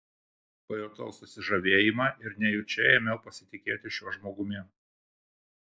pajutau susižavėjimą ir nejučia ėmiau pasitikėti šiuo žmogumi